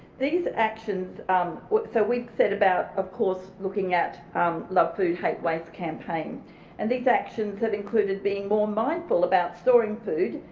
these actions um so we've set about of course, looking at love food hate waste campaign and these actions have included being more mindful about storing food,